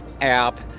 app